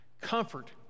Comfort